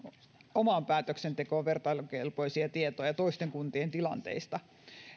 omaan päätöksentekoon vertailukelpoisia tietoja toisten kuntien tilanteista